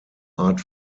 art